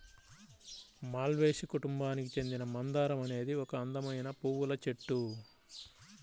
మాల్వేసి కుటుంబానికి చెందిన మందారం అనేది ఒక అందమైన పువ్వుల చెట్టు